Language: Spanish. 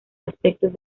aspectos